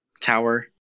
Tower